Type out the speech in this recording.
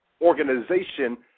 organization